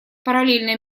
параллельное